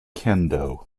kendo